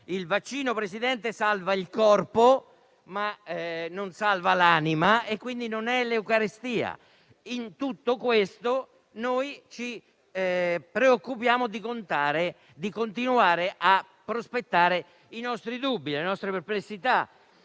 il vaccino, infatti, salva il corpo ma non salva l'anima, quindi non è l'Eucaristia. In tutto questo, noi ci preoccupiamo di continuare a prospettare i nostri dubbi e le nostre perplessità.